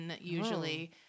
usually